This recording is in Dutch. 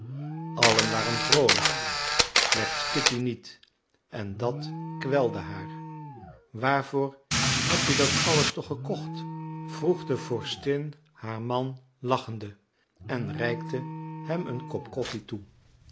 allen waren vroolijk slechts kitty niet en dat kwelde haar waarvoor heb je dat alles toch gekocht vroeg de vorstin haar man lachende en reikte hem een kop koffie toe